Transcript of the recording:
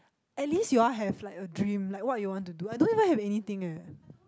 at least you all have like a dream like what you want to do I don't even have anything eh